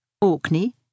Orkney